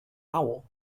owl